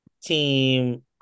team